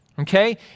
Okay